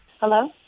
Hello